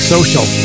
social